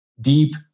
deep